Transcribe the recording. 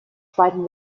zweiten